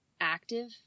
active